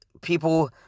people